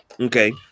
Okay